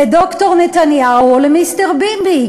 לדוקטור נתניהו או למיסטר ביבי,